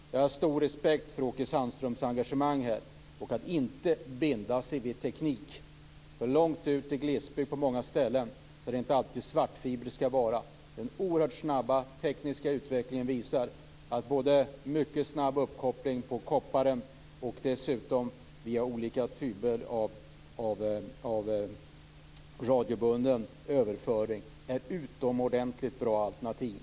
Jag har stor respekt för Åke Sandströms engagemang. Men man skall inte binda sig vid teknik. Långt ut i glesbygden är det på många ställen inte alltid svartfiber det skall vara. Den oerhört snabba tekniska utvecklingen visar att mycket snabb uppkoppling både via kopparkabel och via olika typer av radiobunden överföring är utomordentligt bra alternativ.